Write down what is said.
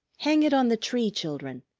hang it on the tree, children,